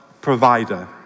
provider